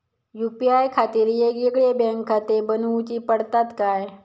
UPI खातीर येगयेगळे बँकखाते बनऊची पडतात काय?